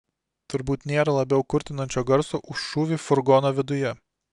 turbūt nėra labiau kurtinančio garso už šūvį furgono viduje